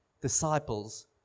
disciples